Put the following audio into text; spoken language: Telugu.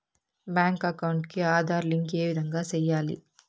బ్యాంకు అకౌంట్ కి ఆధార్ లింకు ఏ విధంగా సెయ్యాలి?